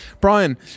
Brian